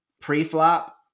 pre-flop